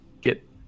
get